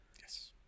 Yes